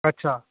अच्छा